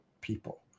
people